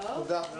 הישיבה